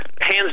Hands